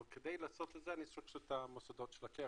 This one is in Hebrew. אבל כדי לעשות את זה אני צריך את המוסדות של הקרן.